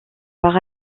par